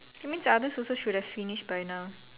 that means others also should have finish by now